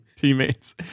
Teammates